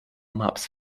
maps